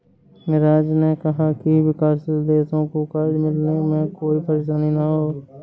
मिराज ने कहा कि विकासशील देशों को कर्ज मिलने में कोई परेशानी न हो